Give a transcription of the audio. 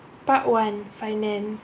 part one finance